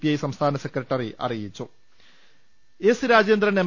I സംസ്ഥാന secretary അറിയിച്ചു S Rajendran M